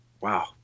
Wow